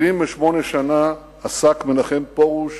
78 שנה עסק מנחם פרוש